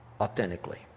authentically